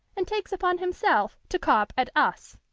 and takes upon himself to carp at us.